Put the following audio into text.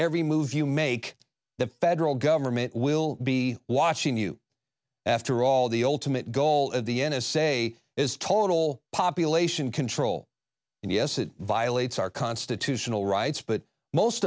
every move you make the federal government will be watching you after all the ultimate goal of the n s a is total population control and yes it violates our constitutional rights but most